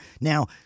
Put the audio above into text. Now